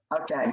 Okay